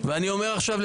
אתה בקריאה שנייה עכשיו.